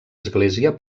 església